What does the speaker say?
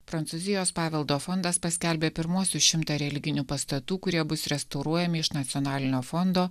prancūzijos paveldo fondas paskelbė pirmuosius šimtą religinių pastatų kurie bus restauruojami iš nacionalinio fondo